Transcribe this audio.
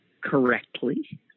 correctly